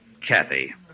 Kathy